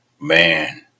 Man